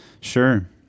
Sure